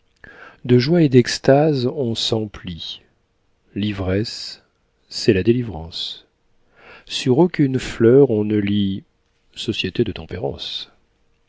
de joie et d'extase on s'emplit l'ivresse c'est la délivrance sur aucune fleur on ne lit société de tempérance